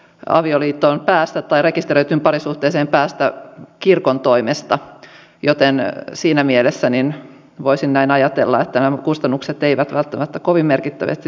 olevat parit voisivat rekisteröityyn parisuhteeseen päästä kirkon toimesta joten siinä mielessä voisin ajatella näin että nämä kustannukset eivät välttämättä kovin merkittävästi nousisi